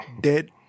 dead